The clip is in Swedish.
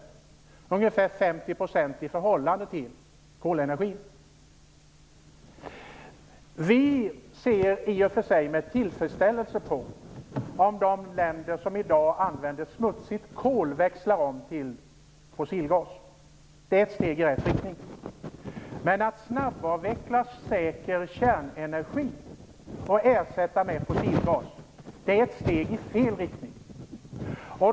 Det rör sig om ungefär 50 % i förhållande till kolenergin. Vi ser i och för sig med tillfredsställelse att de länder som i dag använder smutsigt kol växlar om till fossilgas. Det är ett steg i rätt riktning. Men att snabbavveckla säker kärnkraft och ersätta den med fossilgas är ett steg i fel riktning.